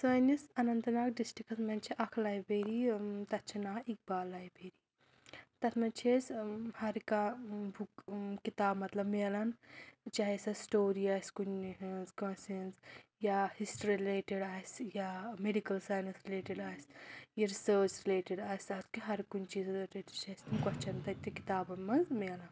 سٲنِس اننت ناگ ڈِسٹرٛکٹس منٛز چھِ اَکھ لایبریری تَتھ چھِ ناو اقبال لایبریری تَتھ منٛز چھِ اَسہِ ہر کانٛہہ بُک کِتاب مطلب میلان چاہے سۅ سِٹوری آسہِ کُنہِ ہٕنٛز کٲنٛسہِ ہٕنٛز یا ہِسٹری رِلیٹِڈ آسہِ یا میڈِکل سائنس رِلیٹِڈ آسہِ یہِ رِیسرچ رِلیٹِڈ آسہِ اَدٕ کیٛاہ ہر کُنہِ چیٖزس رِلیٹِڈ چھِ اَسہِ تِم کوسچن تتہِ تہِ کِتابن منٛز میلان